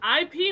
IP